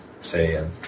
say